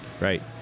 right